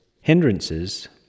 hindrances